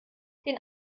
den